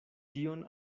tion